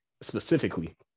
specifically